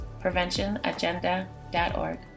PreventionAgenda.org